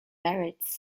merits